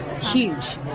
Huge